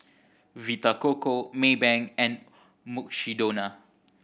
Vita Coco Maybank and Mukshidonna